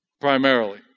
primarily